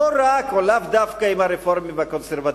לאו דווקא עם הרפורמים והקונסרבטיבים,